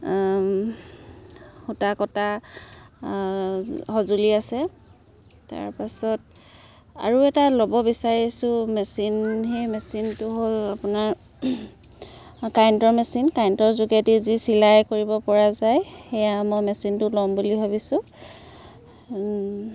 সূতা কটা সঁজুলি আছে তাৰপাছত আৰু এটা ল'ব বিচাৰিছোঁ মেচিন সেই মেচিনটো হ'ল আপোনাৰ কাৰেণ্টৰ মেচিন কাৰেণ্টৰ যোগেদি যি চিলাই কৰিব পৰা যায় সেয়া মই মেচিনটো ল'ম বুলি ভাবিছোঁ